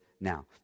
now